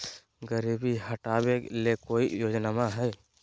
गरीबी हटबे ले कोई योजनामा हय?